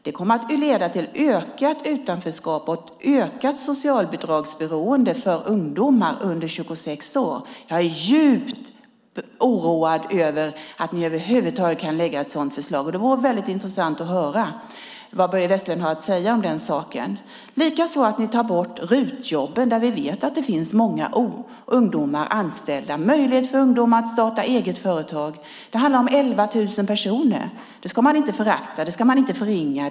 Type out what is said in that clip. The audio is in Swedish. Det kommer att leda till ökat utanförskap och ökat socialbidragsberoende för ungdomar under 26 år. Jag är djupt oroad över att ni över huvud taget kan lägga fram ett sådant förslag. Det vore intressant att höra vad Börje Vestlund har att säga om den saken. Ni tar också bort RUT-jobben, där vi vet att det finns många ungdomar anställda, och det finns möjligheter för ungdomar att starta eget företag. Det handlar om 11 000 personer. Det ska man inte förakta. Det ska man inte förringa.